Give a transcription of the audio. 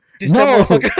No